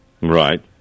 Right